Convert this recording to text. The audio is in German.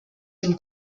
dem